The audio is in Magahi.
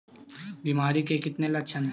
बीमारी के कितने लक्षण हैं?